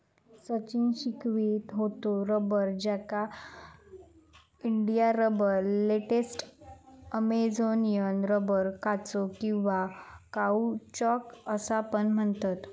सचिन शिकवीत होतो रबर, ज्याका India rubber, latex, Amazonian rubber, कौचो किंवा काउचॉक असा पण म्हणतत